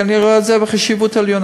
כי אני רואה את זה בחשיבות עליונה.